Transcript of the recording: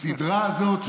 בסדרה הזאת,